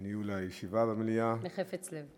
בניהול הישיבה במליאה, בחפץ לב.